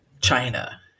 China